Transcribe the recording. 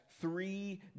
three